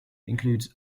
include